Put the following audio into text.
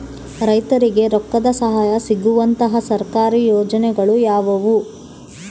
ರೈತರಿಗೆ ರೊಕ್ಕದ ಸಹಾಯ ಸಿಗುವಂತಹ ಸರ್ಕಾರಿ ಯೋಜನೆಗಳು ಯಾವುವು?